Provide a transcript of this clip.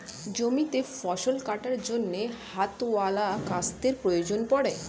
জমিতে ফসল কাটার জন্য হাতওয়ালা কাস্তের প্রয়োজন পড়ে